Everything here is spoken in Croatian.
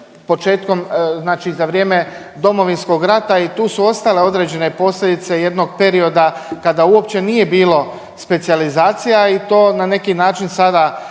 za vrijeme Domovinskog rata i tu su ostale određene posljedice jednog perioda kada uopće nije bilo specijalizacija i to na neki način sad